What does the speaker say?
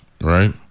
right